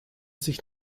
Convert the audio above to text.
sich